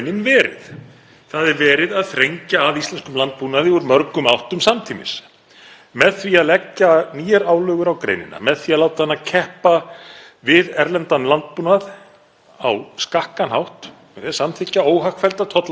við erlendan landbúnað á skakkan hátt, með því að samþykkja óhagfellda tollasamninga og þar fram eftir götunum, í stað þess að viðurkenna það einfaldlega að íslensk matvælaframleiðsla sé gríðarlega mikilvæg fyrir